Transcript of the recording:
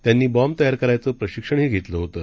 त्यांनी बॉम्बतयार कारायचं प्रशिक्षणही घेतलंहोतं